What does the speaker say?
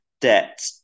debt